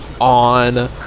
on